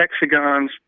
hexagons